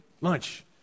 lunch